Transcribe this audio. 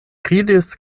ridis